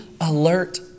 alert